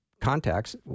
contacts